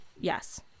yes